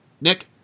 nick